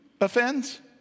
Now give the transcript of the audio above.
offends